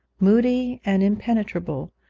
moody, and impenetrable,